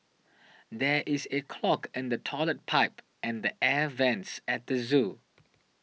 there is a clog in the Toilet Pipe and the Air Vents at the zoo